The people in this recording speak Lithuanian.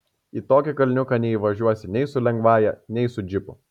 į tokį kalniuką neįvažiuosi nei su lengvąja nei su džipu